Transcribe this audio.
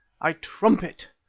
i trumpet!